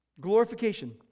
glorification